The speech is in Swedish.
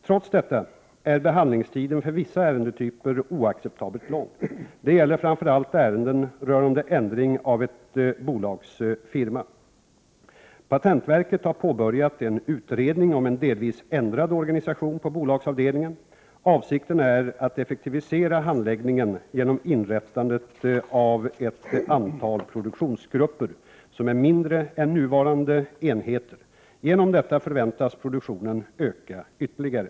Trots detta är behandlingstiden för vissa ärendetyper oacceptabelt lång. Det gäller framför allt ärenden rörande ändring av ett bolags firma. Patentverket har påbörjat en utredning om en delvis ändrad organisation på bolagsavdelningen. Avsikten är att effektivisera handläggningen genom inrättandet av ett antal produktionsgrupper, som är mindre än nuvarande enheter. Genom detta förväntas produktionen öka ytterligare.